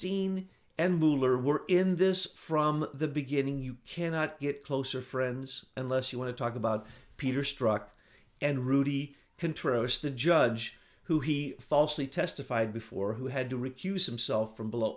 were in this from the beginning you cannot get closer friends unless you want to talk about peter struck and rudy contro it's the judge who he falsely testified before who had to recuse himself from below